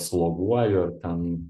sloguoju ar ten